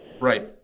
Right